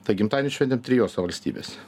tai gimtadienį šventėm trijose valstybėse